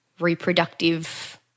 reproductive